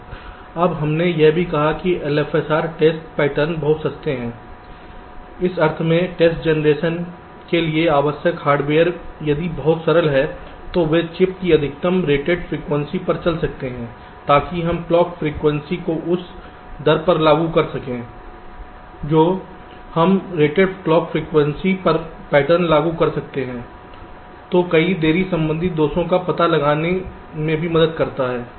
अब हमने यह भी कहा है कि LFSR टेस्ट पैटर्न बहुत सस्ते हैं इस अर्थ में कि टेस्ट जनरेशन के लिए आवश्यक हार्डवेयर यदि बहुत सरल हैं तो वे चिप की अधिकतम रेटेड फ्रीक्वेंसी पर चल सकते हैं ताकि हम क्लॉक फ्रीक्वेंसी को उस दर पर लागू कर सकें जो हम रेटेड क्लॉक फ्रीक्वेंसी पर पैटर्न लागू कर सकते हैं जो कई देरी संबंधी दोषों का पता लगाने में भी मदद करता है